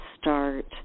start